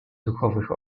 duchowych